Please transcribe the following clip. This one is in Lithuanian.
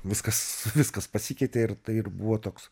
viskas viskas pasikeitė ir tai ir buvo toks